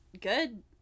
good